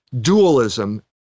dualism